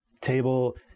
table